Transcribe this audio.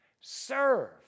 Serve